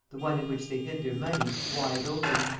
the one in which they hid their money, wide open.